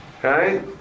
Okay